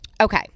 okay